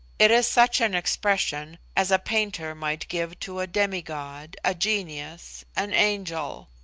it is such an expression as a painter might give to a demi-god, a genius, an angel.